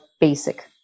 basic